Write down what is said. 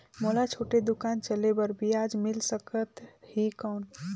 मोला छोटे दुकान चले बर ब्याज मिल सकत ही कौन?